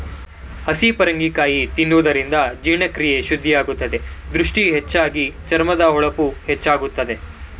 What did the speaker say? ಹಸಿ ಪರಂಗಿ ಕಾಯಿ ತಿನ್ನುವುದರಿಂದ ಜೀರ್ಣಕ್ರಿಯೆ ಶುದ್ಧಿಯಾಗುತ್ತದೆ, ದೃಷ್ಟಿ ಹೆಚ್ಚಾಗಿ, ಚರ್ಮದ ಹೊಳಪು ಹೆಚ್ಚಾಗುತ್ತದೆ